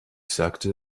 sagte